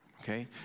okay